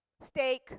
steak